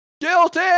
Guilty